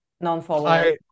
non-followers